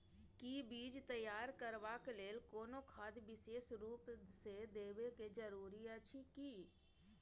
कि बीज तैयार करबाक लेल कोनो खाद विशेष रूप स देबै के जरूरी अछि की?